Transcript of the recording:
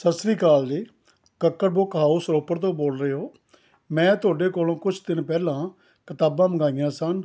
ਸਤਿ Sri Akal ji Kakkar book house Ropar ਤੋਂ ਬੋਲ ਰਹੇ ਹੋ ਮੈਂ ਤੁਹਾਡੇ ਕੋਲੋਂ ਕੁਛ ਦਿਨ ਪਹਿਲਾਂ ਕਿਤਾਬਾਂ ਮੰਗਵਾਈਆਂ ਸਨ